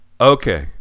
okay